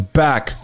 back